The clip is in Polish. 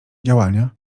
działania